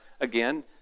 again